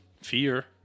fear